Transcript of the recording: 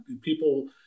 People